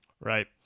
right